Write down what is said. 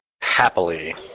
Happily